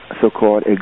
so-called